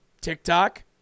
TikTok